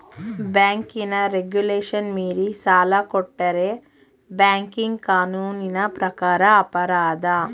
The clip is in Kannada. ಬ್ಯಾಂಕಿನ ರೆಗುಲೇಶನ್ ಮೀರಿ ಸಾಲ ಕೊಟ್ಟರೆ ಬ್ಯಾಂಕಿಂಗ್ ಕಾನೂನಿನ ಪ್ರಕಾರ ಅಪರಾಧ